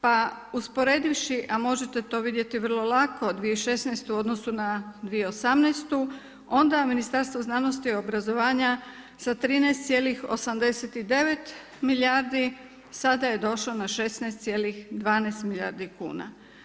Pa usporedivši, a možete to vidjeti vrlo lako 2016. u odnosu na 2018. onda Ministarstvo znanosti i obrazovanja sa 13,89 milijardi, sada je došlo na 16,12 milijardi kuna.